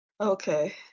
Okay